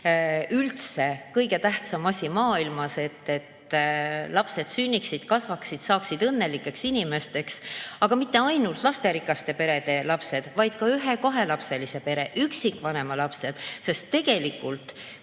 üldse kõige tähtsam asi maailmas, et lapsed sünniksid, kasvaksid ja saaksid õnnelikeks inimesteks, aga mitte ainult lasterikaste perede lapsed, vaid ka ühe- ja kahelapselise pere või üksikvanema lapsed. Sest tegelikult,